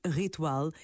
ritual